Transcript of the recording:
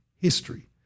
history